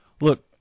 Look